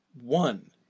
one